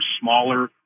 smaller